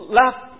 left